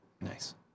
Nice